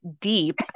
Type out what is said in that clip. deep